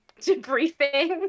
debriefing